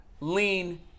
lean